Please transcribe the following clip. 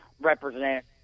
represent